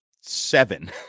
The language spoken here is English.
seven